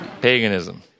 Paganism